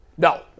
No